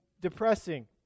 depressing